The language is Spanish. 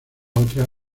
otra